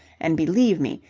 and, believe me,